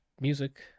music